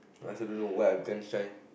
I also don't know what I'm going to try